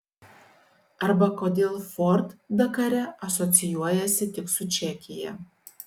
arba kodėl ford dakare asocijuojasi tik su čekija